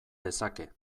dezake